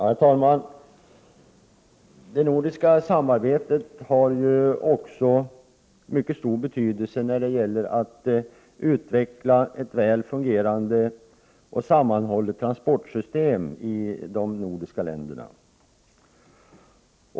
Herr talman! Det nordiska samarbetet har också mycket stor betydelse när det gäller att utveckla ett väl fungerande och sammanhållet transportsystem i de nordiska länderna.